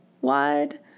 wide